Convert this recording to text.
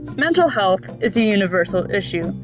mental health is a universal issue,